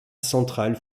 centrales